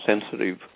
sensitive